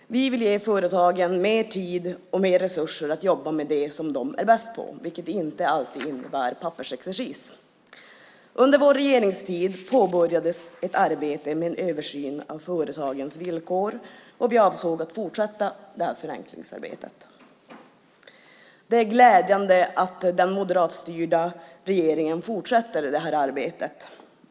Vi vill ge företagen mer tid och mer resurser att jobba med det som de är bäst på, vilket inte alltid innebär pappersexercis. Under vår regeringstid påbörjades ett arbete med en översyn av företagens villkor, och vi avsåg att fortsätta det här förenklingsarbetet. Det är glädjande att den moderatstyrda regeringen fortsätter det här arbetet.